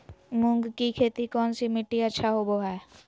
मूंग की खेती कौन सी मिट्टी अच्छा होबो हाय?